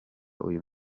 uyu